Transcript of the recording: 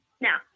Now